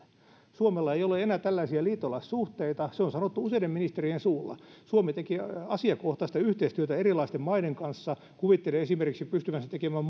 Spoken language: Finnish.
suomella ei ole enää tällaisia liittolaissuhteita se on sanottu useiden ministerien suulla suomi tekee asiakohtaista yhteistyötä erilaisten maiden kanssa kuvittelee esimerkiksi pystyvänsä tekemään